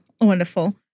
Wonderful